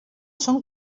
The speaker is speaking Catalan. són